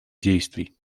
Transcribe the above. действий